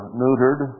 neutered